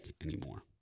anymore